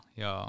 ja